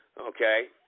okay